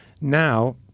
Now